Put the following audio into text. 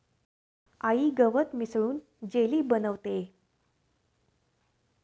आई गवत मिसळून जेली बनवतेय